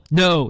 no